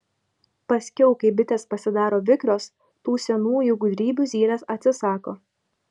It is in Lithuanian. paskiau kai bitės pasidaro vikrios tų senųjų gudrybių zylės atsisako